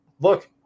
look